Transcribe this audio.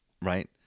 Right